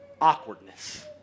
awkwardness